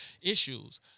issues